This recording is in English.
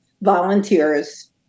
volunteers